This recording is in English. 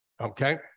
Okay